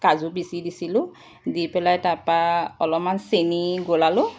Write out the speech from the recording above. কাজু পিছি দিছিলোঁ দি পেলাই তাপা অলপমান চেনি গলালোঁ